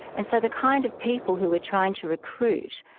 and so the kind of people who we're trying to recruit,